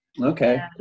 Okay